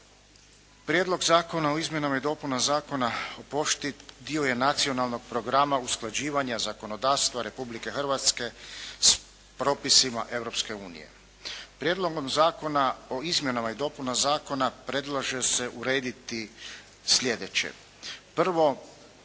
Prijedlog zakona o izmjenama i dopunama Zakona o pošti dio je nacionalnog programa usklađivanja zakonodavstva Republike Hrvatske s propisima Europske unije. Prijedlogom zakona o izmjenama i dopunama zakona predlaže se urediti slijedeće.